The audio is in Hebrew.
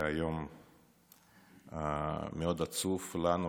זה היה יום מאוד עצוב לנו